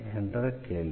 என்ற கேள்வி